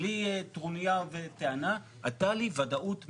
בלי טרוניה וטענה הייתה לי ודאות מלאה.